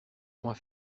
point